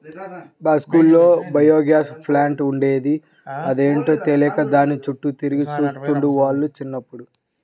మా స్కూల్లో biogas plant ఉండేది, అదేంటో తెలియక దాని చుట్టూ తిరిగి చూస్తుండే వాళ్ళం చిన్నప్పుడు